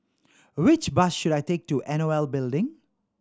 which bus should I take to N O L Building